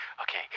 Okay